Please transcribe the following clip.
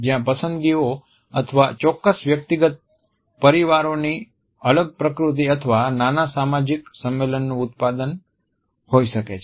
ત્યાં પસંદગીઓ અથવા ચોક્કસ વ્યક્તિગત પરિવારોની અલગ પ્રકૃતિ અથવા નાના સામાજિક સંમેલન નું ઉત્પાદન હોઈ શકે છે